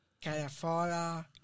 California